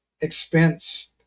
expense